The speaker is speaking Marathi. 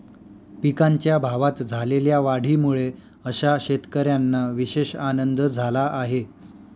पिकांच्या भावात झालेल्या वाढीमुळे अशा शेतकऱ्यांना विशेष आनंद झाला आहे